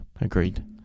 agreed